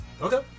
Okay